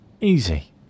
Easy